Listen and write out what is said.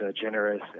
generous